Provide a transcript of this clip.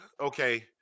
okay